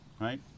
Right